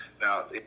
Now